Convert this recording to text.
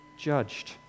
judged